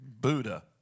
Buddha